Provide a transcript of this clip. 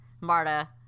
Marta